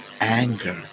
anger